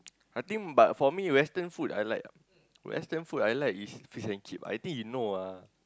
I think but for me western food I like western food I like is fish and chip I think he know ah